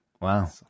wow